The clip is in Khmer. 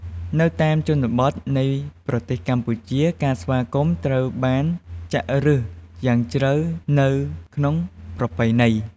នៅតាមជនបទនៃប្រទេសកម្ពុជា ការស្វាគមន៍ត្រូវបានចាក់ឫសយ៉ាងជ្រៅនៅក្នុងប្រពៃណី។